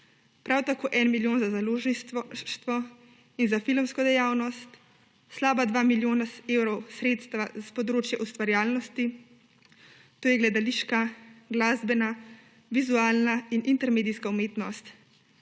prav tako 1 milijon za založništvo in za filmsko dejavnost, slaba 2 milijona evrov sredstva za področje ustvarjalnosti, to je gledališka, glasbena, vizualna in intermedijska umetnost,